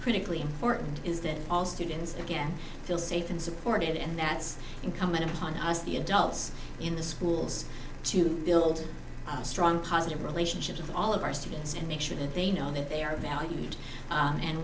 critically important is that all students again feel safe and supported and now it's incumbent upon us the adults in the schools to build a strong positive relationship with all of our students and make sure that they know that they are valued